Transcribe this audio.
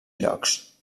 llocs